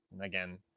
again